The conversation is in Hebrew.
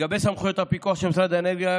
לגבי סמכויות הפיקוח של משרד האנרגיה,